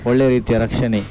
ಒಳ್ಳೆಯ ರೀತಿಯ ರಕ್ಷಣೆ